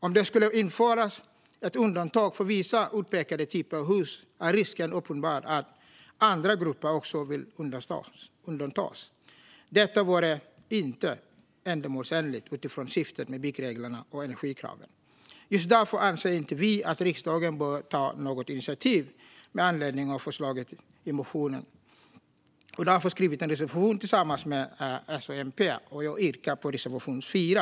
Om det skulle införas ett undantag för vissa utpekade typer av hus är risken uppenbar att andra grupper också kommer att vilja undantas. Detta vore inte ändamålsenligt med tanke på syftet med byggreglerna och energikraven. Därför anser vi inte att riksdagen bör ta något initiativ med anledning av förslaget i motionen. Vi har därför skrivit en reservation tillsammans med S och MP, och jag yrkar bifall till reservation 4.